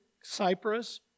Cyprus